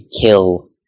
kill